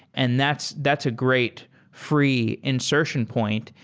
and that's that's a great free insertion point.